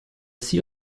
sea